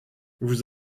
vous